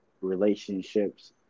relationships